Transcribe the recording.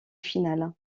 finale